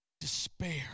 despair